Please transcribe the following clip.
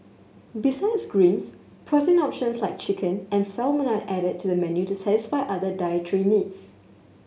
besides greens protein options like chicken and salmon are added to the menu to satisfy other dietary needs